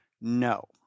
No